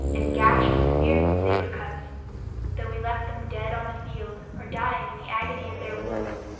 and gashed with fearful saber-cuts though we left them dead on the field, or dying in the agony of their wounds,